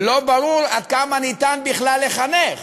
לא ברור עד כמה ניתן בכלל לחנך